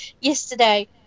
yesterday